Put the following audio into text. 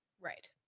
right